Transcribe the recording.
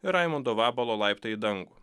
ir raimundo vabalo laiptai į dangų